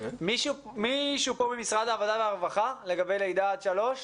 יש מישהו ממשרד העבודה והרווחה שיכול להתייחס לגבי גיל לידה עד שלוש?